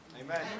Amen